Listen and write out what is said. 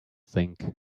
think